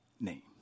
name